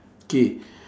K